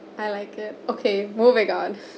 I like it okay moving on